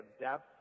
depth